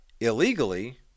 illegally